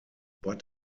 but